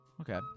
Okay